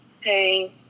hey